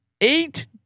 eight